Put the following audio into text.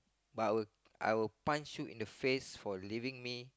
but I will I will punch you in the face for leaving me